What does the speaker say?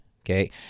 Okay